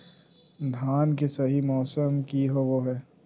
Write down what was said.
धान के सही मौसम की होवय हैय?